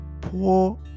poor